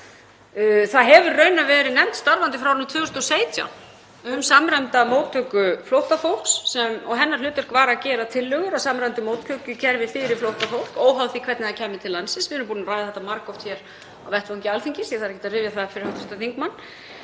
hefur nefnd verið starfandi frá árinu 2017 um samræmda móttöku flóttafólks og hennar hlutverk var að gera tillögur að samræmdu móttökukerfi fyrir flóttafólk óháð því hvernig það kæmi til landsins. Við erum búin að ræða þetta margoft á vettvangi Alþingis, ég þarf ekki að rifja það upp fyrir hv. þingmanni.